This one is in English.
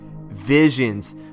visions